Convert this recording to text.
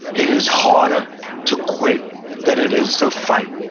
it is harder to quit than it is to fight.